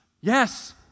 yes